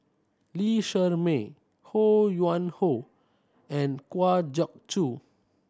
Lee Shermay Ho Yuen Hoe and Kwa Geok Choo